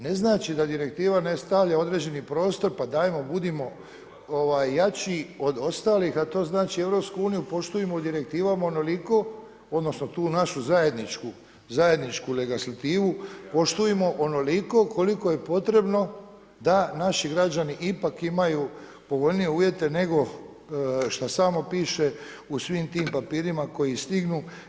Ne znači da direktiva stavlja određeni prostor, pa dajmo budimo jači od ostalih, a to znači Europsku uniju poštujmo direktivom onoliko odnosno tu našu zajedničku legislativu poštujmo onoliko koliko je potrebno da naši građani ipak imaju povoljnije uvjete nego što samo piše u svim tim papirima koji stignu.